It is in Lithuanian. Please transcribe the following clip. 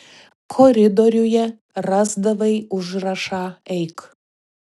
koridoriuje rasdavai užrašą eik